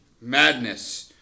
Madness